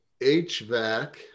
HVAC